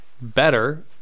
better